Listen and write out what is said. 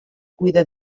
cuida